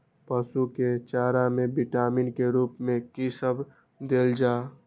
पशु के चारा में विटामिन के रूप में कि सब देल जा?